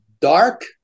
Dark